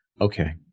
Okay